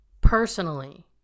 personally